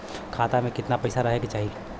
खाता में कितना पैसा रहे के चाही?